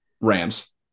Rams